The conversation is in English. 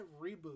reboot